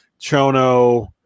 Chono